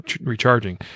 Recharging